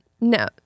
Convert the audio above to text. no